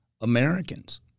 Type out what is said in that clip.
Americans